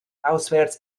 auswärts